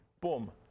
boom